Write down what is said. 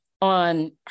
on